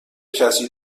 کسی